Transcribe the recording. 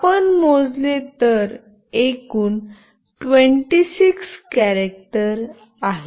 आपण मोजले तर एकूण 26 कॅरेक्टर आहेत